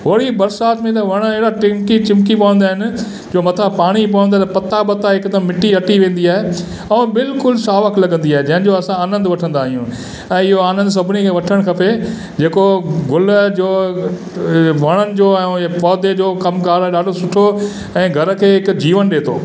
ओड़ी बरसाति में त वण अहिड़ा टिंकी चिमकी पोंदा आहिनि जो मथां पाणी पवंदे त पत्ता वत्ता हिकदमि मिट्टी हठी वेंदी आहे ऐं बिल्कुलु सावक लॻंदी आहे जंहिंजो असां आनंदु वठंदा आहियूं ऐं इहो आनंदु सभिनी खे वठणु खपे जेको गुल जो वणनि जो ऐं ईअं पौधे जो कमकारु ॾाढो सुठो ऐं घर खे हिकु जीवन ॾिए थो